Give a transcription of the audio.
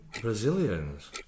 Brazilians